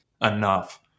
enough